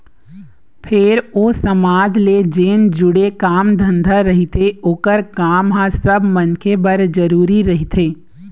फेर ओ समाज ले जेन जुड़े काम धंधा रहिथे ओखर काम ह सब मनखे बर जरुरी रहिथे